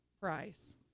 price